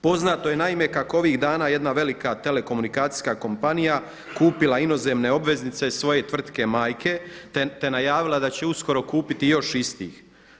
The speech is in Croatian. Poznato je naime kako ovih dana jedna velika telekomunikacijska kompanije kupila inozemne obveznice svoje tvrtke majke, te najavila da će uskoro kupiti još istih.